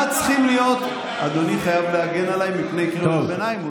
מה צריכים להיות ------ אדוני חייב להגן עליי מפני קריאות ביניים.